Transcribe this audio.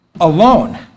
alone